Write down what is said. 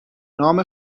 نام